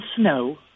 snow